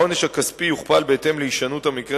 העונש הכספי יוכפל בהתאם להישנות המקרה